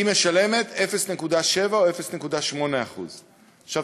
היא משלמת 0.7% או 0.8%. עכשיו,